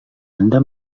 anda